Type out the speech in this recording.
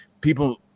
people